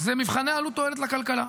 זה מבחני עלות תועלת לכלכלה.